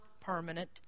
permanent